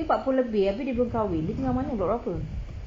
dia empat puluh lebih abeh dia belum kahwin dia tinggal mana block berapa